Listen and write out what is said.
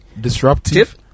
Disruptive